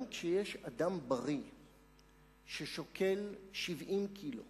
גם כשיש אדם בריא ששוקל 70 קילו,